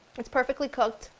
it's perfectly cooked,